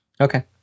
Okay